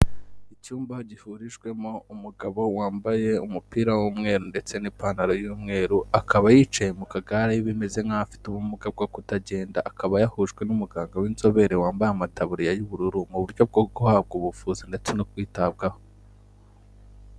Icyumba gihurijwemo umugabo wambaye umupira w’ umweru ndetse n’ ipanaro y’ umweru. Akaba yicaye mu kagare bimeze nkaho afite ubumuga bwo kutagenda. Akaba yahujwe n’ muganga w’ inzobere wambaye amataburiya y’ ubururu mu buryo bwo guhabwa ubuvuzi ndetse no kwitabwaho.